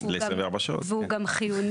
ל-24 שעות, כן.